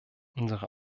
unsere